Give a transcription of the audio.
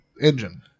engine